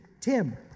Tim